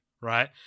right